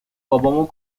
بابامو